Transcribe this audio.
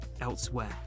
elsewhere